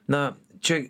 na čia